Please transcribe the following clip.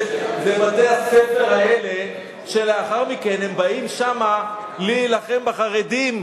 זה בתי-הספר האלה שלאחר מכן הם באים שם להילחם בחרדים,